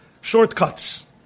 shortcuts